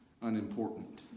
unimportant